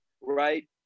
right